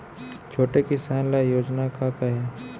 छोटे किसान ल योजना का का हे?